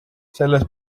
selles